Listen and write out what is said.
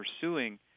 pursuing